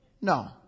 No